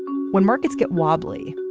when markets get wobbly.